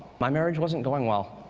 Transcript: my marriage wasn't going well,